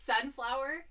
Sunflower